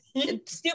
Stupid